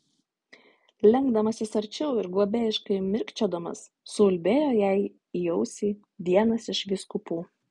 lenkdamasis arčiau ir globėjiškai mirkčiodamas suulbėjo jai į ausį vienas iš vyskupų